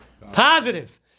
positive